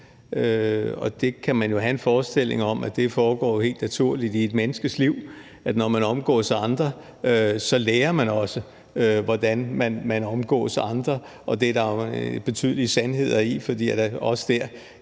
selv. Man kan jo have en forestilling om, at det foregår helt naturligt i et menneskes liv, at når man omgås andre, lærer man også, hvordan man omgås andre. Det er der betydelige sandheder i, for også der